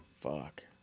Fuck